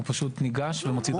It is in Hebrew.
הוא פשוט ניגש ומוציא דרכון.